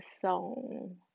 song